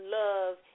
love